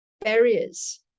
barriers